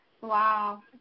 Wow